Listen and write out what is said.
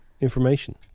information